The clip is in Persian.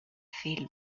فیلم